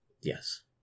yes